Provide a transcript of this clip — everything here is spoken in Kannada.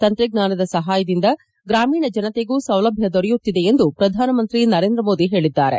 ತಂತ್ರಜ್ಞಾನದ ಸಹಾಯದಿಂದ ಗ್ರಾಮೀಣ ಜನತೆಗೂ ಸೌಲಭ್ಯ ದೊರೆಯುತ್ತಿದೆ ಎಂದು ಪ್ರಧಾನಮಂತ್ರಿ ನರೇಂದ್ರ ಮೋದಿ ಹೇಳಿದ್ದಾರೆ